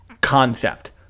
concept